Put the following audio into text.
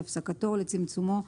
להפסקתו או לצמצומו,